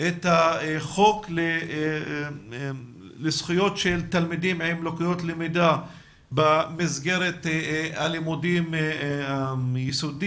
את החוק לזכויות של תלמידים עם לקויות למידה במסגרת הלימודים היסודי,